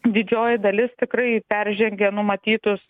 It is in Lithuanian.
didžioji dalis tikrai peržengė numatytus